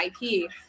IP